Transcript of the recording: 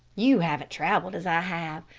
you haven't traveled as i have.